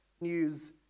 news